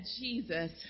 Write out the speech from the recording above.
Jesus